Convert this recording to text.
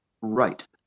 Right